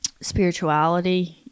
spirituality